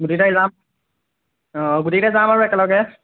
গোটেইকেইটাই যাম অঁ গোটেইকেইটাই যাম আৰু একেলগে